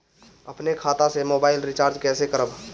अपने खाता से मोबाइल रिचार्ज कैसे करब?